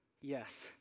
Yes